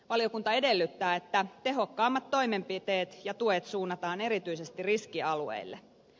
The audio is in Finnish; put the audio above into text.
valiokunta edellyttää että tehokkaimmat toimenpiteet ja tuet suunnataan erityisesti riskialueille